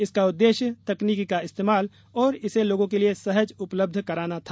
इसका उद्देश्य तकनीक का इस्तेमाल और इसे लोगों के लिए सहज उपलब्ध कराना था